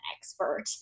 expert